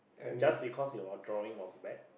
just because your drawing was bad